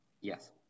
Yes